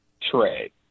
Trey